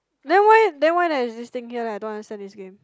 then why then why there's this thing here I don't understand this game